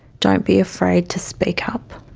don't be afraid to speak up.